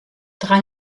drei